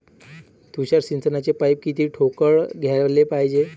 तुषार सिंचनाचे पाइप किती ठोकळ घ्याले पायजे?